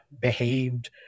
behaved